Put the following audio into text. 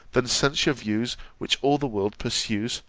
than censure views which all the world pursues,